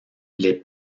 les